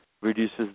reduces